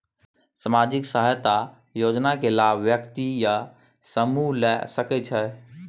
सामाजिक सहायता योजना के लाभ व्यक्ति या समूह ला सकै छै?